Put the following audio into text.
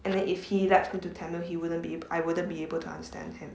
and then if he lapsed into tamil he wouldn't be I wouldn't be able to understand him